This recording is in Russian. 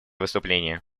выступление